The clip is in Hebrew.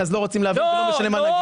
לא משנה מה אני אומר.